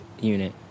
unit